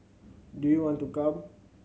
do you want to come